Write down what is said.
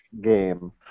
game